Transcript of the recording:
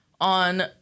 on